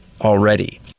already